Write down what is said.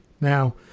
Now